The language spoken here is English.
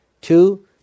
Two